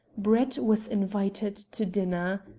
brett was invited to dinner.